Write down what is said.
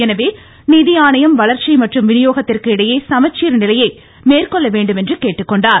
எனவே நிதி ஆணையம் வளர்ச்சி மற்றும் விநியோகத்திற்கு இடையே சமச்சீர் நிலையை மேற்கொள்ள வேண்டும் என்று கேட்டுக்கொண்டார்